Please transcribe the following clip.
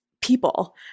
people